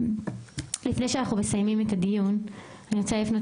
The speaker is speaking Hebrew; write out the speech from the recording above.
לפני שאנחנו מסיימים את הדיון אני רוצה לפנות